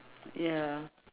ya